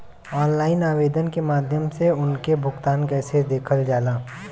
Online आवेदन के माध्यम से उनके भुगतान कैसे देखल जाला?